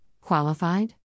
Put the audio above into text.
qualified